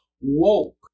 woke